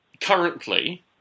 currently